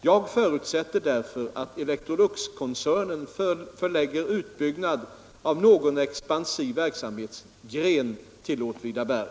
Jag förutsätter därför att Electroluxkoncernen förlägger utbyggnad av någon expansiv verksamhetsgren till Åtvidaberg.